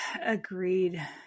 Agreed